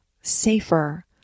safer